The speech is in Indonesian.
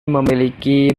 memiliki